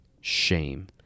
shame